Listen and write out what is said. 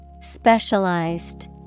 Specialized